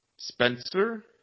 Spencer